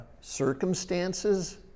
Circumstances